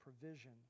provision